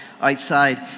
outside